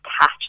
catch